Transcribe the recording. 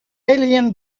alien